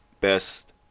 best